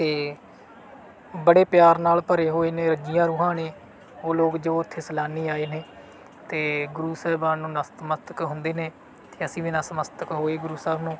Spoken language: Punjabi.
ਅਤੇ ਬੜੇ ਪਿਆਰ ਨਾਲ ਭਰੇ ਹੋਏ ਨੇ ਰੱਜੀਆਂ ਰੂਹਾਂ ਨੇ ਉਹ ਲੋਕ ਜੋ ਉੱਥੇ ਸੈਲਾਨੀ ਆਏ ਨੇ ਅਤੇ ਗੁਰੂ ਸਾਹਿਬਾਨ ਨੂੰ ਨਸਤਮਸਤਕ ਹੁੰਦੇ ਨੇ ਅਤੇ ਅਸੀਂ ਵੀ ਨਸਮਸਤਕ ਹੋਏ ਗੁਰੂ ਸਾਹਿਬ ਨੂੰ